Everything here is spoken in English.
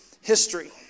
history